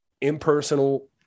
impersonal